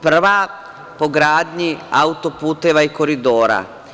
Prva, po gradnji auto-puteva i koridora.